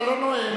אתה לא נואם.